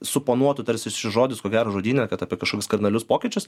suponuotų tarsi šis žodis ko gero žodyne kad apie kažkokius kardinalius pokyčius